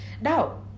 Now